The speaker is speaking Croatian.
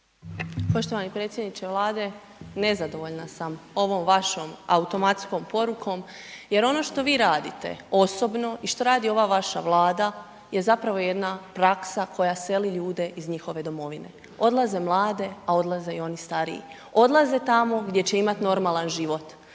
Poštovani predsjedniče Vlade, nezadovoljna sam ovom vašom automatskom porukom, jer ono što vi radite osobno i što radi ova vaša Vlada je zapravo jedna praksa koja seli ljude iz njihove domovine. Odlaze mladi a odlaze i oni stariji. Odlaze tamo gdje će imati normalan život,